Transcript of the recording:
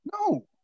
No